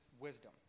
wisdom